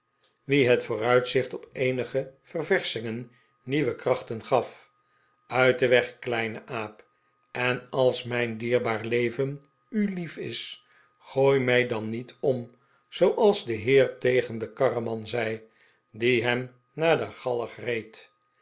wien het vooruitzicht op eenige ververschingen nieuwe krachten gaf uit den weg kleine aap en als mijn dierbaar leven u lief is gooi mij dan niet om zooals de heer tegen den karreman zei die hem naar de galg reed